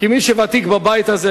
כוותיק בבית הזה